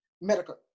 medical